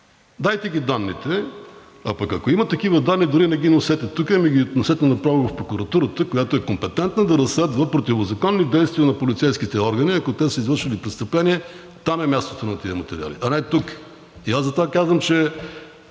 Дайте данните, а пък ако има такива данни, дори не ги носете тук, а ги носете направо в прокуратурата, която е компетентна да разследва противозаконни действия на полицейските органи. Ако те са извършили престъпление, там е мястото на тези материали, а не тук. Затова казвам, че